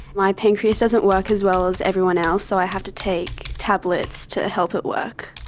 my pancreas doesn't work as well as everyone else, so i have to take tablets to help it work.